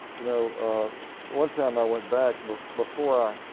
you know one time i went back but before i